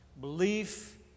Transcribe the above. Belief